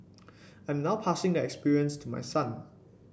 I'm now passing the experience to my son